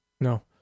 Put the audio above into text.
No